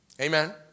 Amen